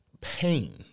pain